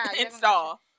install